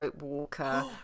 walker